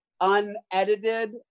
unedited